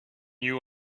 you